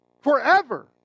forever